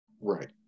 Right